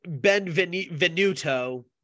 Benvenuto